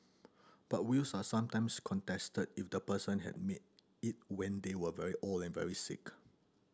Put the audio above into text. but wills are sometimes contested if the person had made it when they were very old and very sick